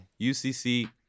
UCC